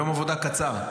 יום עבודה קצר.